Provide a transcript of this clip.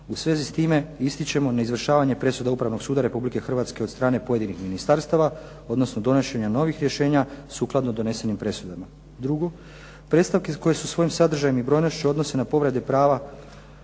U svezi s time ističemo neizvršavanje presuda Upravnog suda Republike Hrvatske od strane pojedinih ministarstava, odnosno donošenja novih rješenja sukladno donesenim presudama. Drugo. Predstavke koje se svojim sadržajem i brojnošću odnose na povrede prava